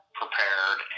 prepared